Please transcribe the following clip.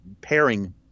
pairing